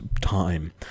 time